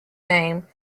name